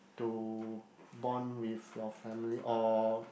to bond with your family or